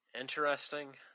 Interesting